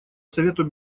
совету